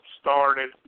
started